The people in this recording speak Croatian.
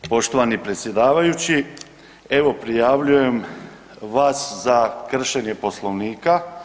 Poštovani predsjedavajući, evo, prijavljujem vas za kršenje Poslovnika.